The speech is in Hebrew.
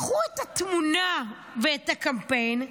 לקחו את התמונה ואת הקמפיין,